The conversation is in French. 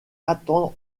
attendre